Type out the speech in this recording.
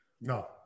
No